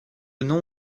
nom